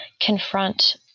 confront